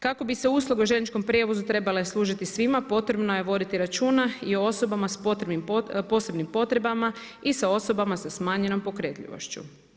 Kako bi usluge u željezničkom prijevozu služiti svima potrebno je voditi računa i o osobama sa posebnim potrebama i sa osobama sa smanjenom pokretljivošću.